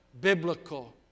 Biblical